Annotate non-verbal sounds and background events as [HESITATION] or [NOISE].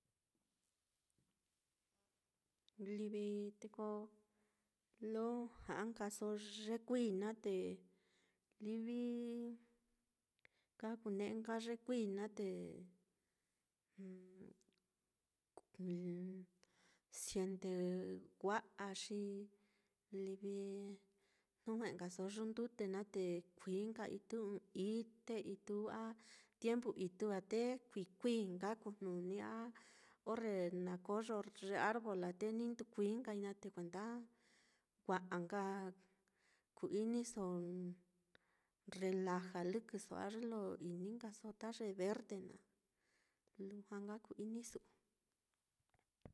Livi te ko lo ja'a nkaso ye kuií naá, te livi kakune'enka ye kuií naá te [HESITATION] siente wa'a xi livi jnu jue'enkaso yundute naá, te kuií nka ituu ɨ́ɨ́n ite itu á, a tiempu itu á te kuií kuií nka kujnuni, a orre na koyo ye arbol á, te ni nduu kuií nkai naá, te kuenda wa'a nka ku-iniso relaja lɨkɨso á ye lo ini nkaso ta ye verde naá, lujua nka ku-ini su'u.